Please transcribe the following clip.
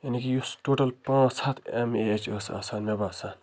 یعنی کہ یُس ٹوٹَل پانٛژھ ہَتھ ایم اے اٮ۪چ ٲسۍ آسان مےٚ باسان